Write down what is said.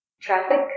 traffic